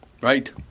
Right